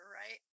right